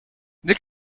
nel